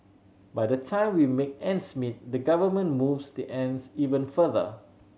by the time we make ends meet the government moves the ends even further